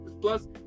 plus